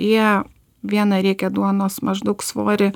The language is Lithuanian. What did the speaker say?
jie vieną riekę duonos maždaug svorį